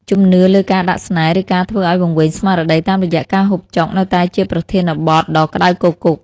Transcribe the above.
ជំនឿលើការដាក់ស្នេហ៍ ឬការធ្វើឱ្យវង្វេងស្មារតីតាមរយៈការហូបចុកនៅតែជាប្រធានបទដ៏ក្តៅគគុក។